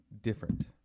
different